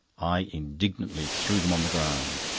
i indignantly threw them on the ground,